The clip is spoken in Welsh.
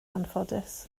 anffodus